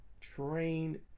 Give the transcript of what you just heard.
train